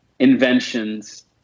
inventions